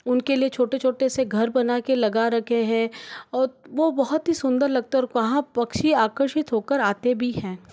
उनके लिए छोटे छोटे से घर बनाके लगा रखे हैं और वो बहुत ही सुंदर लगता है और वहाँ पक्षी आकर्षित होकर आते भी हैं